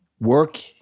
work